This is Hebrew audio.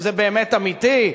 שזה באמת אמיתי?